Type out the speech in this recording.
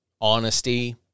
honesty